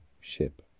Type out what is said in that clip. ship